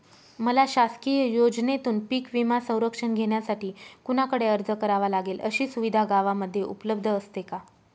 मला शासकीय योजनेतून पीक विमा संरक्षण घेण्यासाठी कुणाकडे अर्ज करावा लागेल? अशी सुविधा गावामध्ये उपलब्ध असते का?